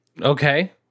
Okay